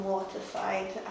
Waterside